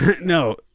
No